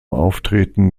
auftreten